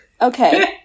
Okay